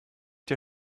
der